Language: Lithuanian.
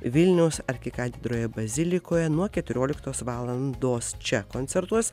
vilniaus arkikatedroje bazilikoje nuo keturioliktos valandos čia koncertuos